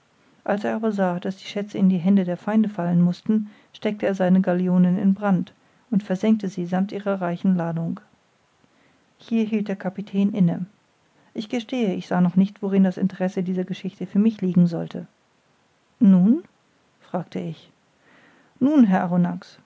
als er aber sah daß die schätze in die hände der feinde fallen mußten steckte er seine galionen in brand und versenkte sie sammt ihrer reichen ladung hier hielt der kapitän inne ich gestehe ich sah noch nicht worin das interesse dieser geschichte für mich liegen sollte nun fragte ich nun herr